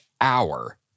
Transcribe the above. hour